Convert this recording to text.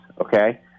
okay